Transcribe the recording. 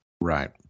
Right